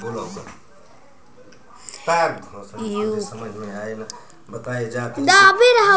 UPI से हमहन के कहीं भी पैसा भेज सकीला जा?